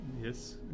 Yes